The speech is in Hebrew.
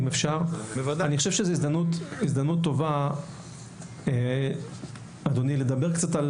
אני חושב שזאת הזדמנות טובה לדבר קצת על